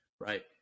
right